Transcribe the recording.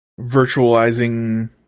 virtualizing